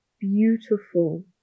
beautiful